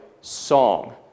song